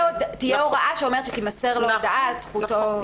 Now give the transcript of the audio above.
הוראה שאומרת שתימסר לו הודעה על זכותו.